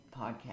Podcast